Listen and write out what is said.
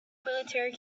military